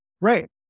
Right